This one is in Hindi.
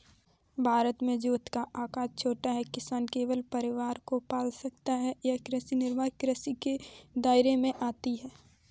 भारत में जोत का आकर छोटा है, किसान केवल परिवार को पाल सकता है ये कृषि निर्वाह कृषि के दायरे में आती है